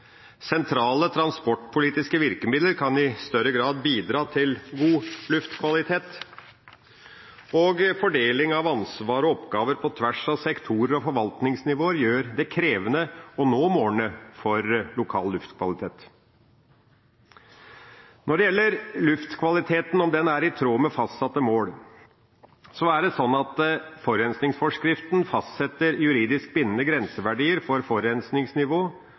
Sentrale transportpolitiske virkemidler kan i større grad bidra til god luftkvalitet, og fordeling av ansvar og oppgaver på tvers av sektorer og forvaltningsnivåer gjør det krevende å nå målene for lokal luftkvalitet. Når det gjelder om luftkvaliteten er i tråd med fastsatte mål, er det sånn at forurensningsforskriften fastsetter juridisk bindende grenseverdier for forurensningsnivå